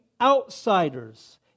outsiders